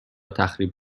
تخریب